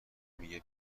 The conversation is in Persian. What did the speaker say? میگه